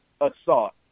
assault